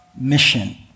mission